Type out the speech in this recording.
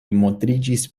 montriĝis